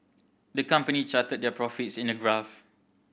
the company charted their profits in a graph